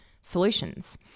solutions